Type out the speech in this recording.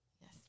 Yes